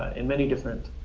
in many different